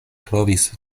trovis